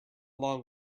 long